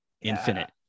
infinite